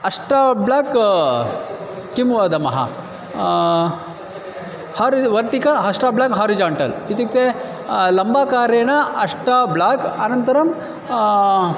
अष्ट ब्लाक् किं वदमः हर् वर्टिक अष्ट ब्लाक् हरिज़ाण्टल् इत्युक्ते लम्बाकारेण अष्ट ब्लाक् अनन्तरं